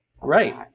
Right